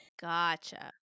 Gotcha